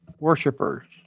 Worshippers